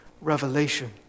revelation